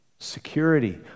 Security